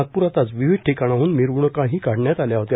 नागप्रात आज विविध ठिकाणाहन मिरवण्काही काढण्यात आल्या होत्या